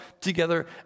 together